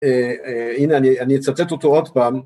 הנה אני אצטט אותו עוד פעם